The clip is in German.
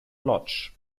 łódź